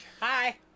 hi